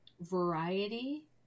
variety